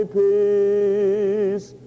peace